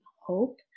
hope